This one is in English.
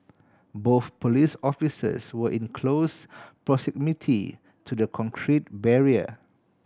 both police officers were in close proximity to the concrete barrier